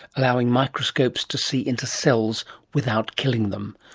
allowing microscopes to see into cells without killing them.